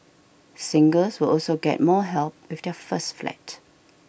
singles will also get more help with their first flat